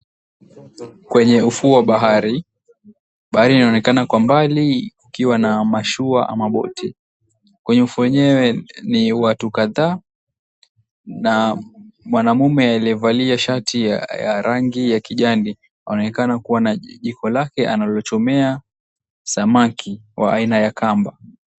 Kwenye ufuo wa bahari, bahari inaonekana kwa mbali ukiwa na mashua au boti kwa ufuo wenyewe ni watu kadhaa na mwanaume aliyevalia shati la rangi ya kijani aonekana kuwa na jiko lake analochomea samaki wa aina ya kamba.